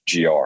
GR